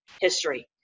history